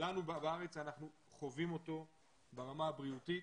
לנו בארץ אנחנו חווים אותו ברמה הבריאותית